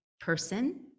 Person